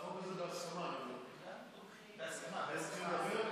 החוק הזה בהסכמה, אתם רוצים לדבר?